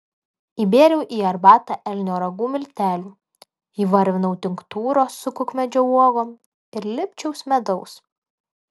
įbėriau į arbatą elnio ragų miltelių įvarvinau tinktūros su kukmedžio uogom ir lipčiaus medaus